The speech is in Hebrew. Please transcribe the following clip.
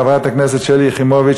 חברת הכנסת שלי יחימוביץ,